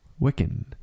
Wiccan